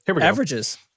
averages